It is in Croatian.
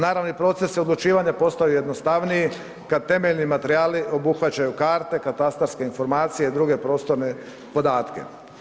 Naravno i proces odlučivanja postao je jednostavniji kad temeljni materijali obuhvaćaju karte, katastarske informacije i druge prostorne podatke.